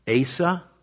Asa